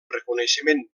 reconeixement